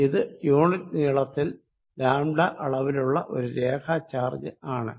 ഇത് യൂണിറ്റ് നീളത്തിൽ λ അളവിലുള്ള ഒരു രേഖാ ചാർജ് ആണ്